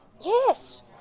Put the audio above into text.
Yes